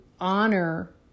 honor